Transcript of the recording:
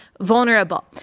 vulnerable